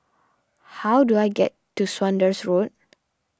how do I get to Saunders Road